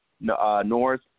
North